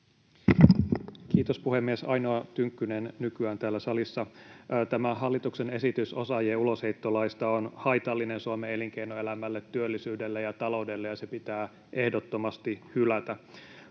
Kiitos, puhemies, olen ainoa Tynkkynen nykyään täällä salissa. Tämä hallituksen esitys osaajien ulosheittolaista on haitallinen Suomen elinkeinoelämälle, työllisyydelle ja taloudelle, ja se pitää ehdottomasti hylätä.